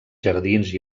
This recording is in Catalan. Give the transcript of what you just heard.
jardins